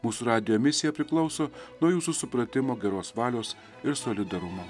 mūsų radijo misija priklauso nuo jūsų supratimo geros valios ir solidarumo